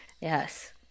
Yes